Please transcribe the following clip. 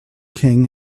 king